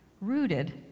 rooted